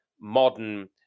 modern